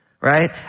right